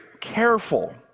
careful